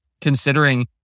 considering